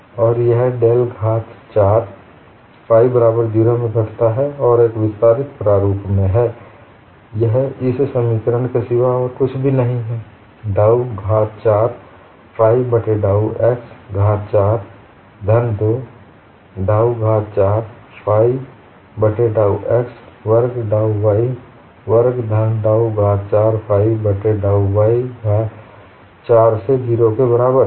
यह डेल घात 4 फाइ बराबर 0 में घटता है और एक विस्तारित प्रारुप में है यह इस समीकरण के सिवा कुछ भी नहीं है डाउ घात 4 फाइ बट्टे डाउ x घात 4 धन 2 डाउ घात 4 फाइ बट्टे डाउ x वर्ग डाउ y वर्ग धन डाउ घात 4 फाइ बट्टे डाउ y घात 4 से 0 के बराबर है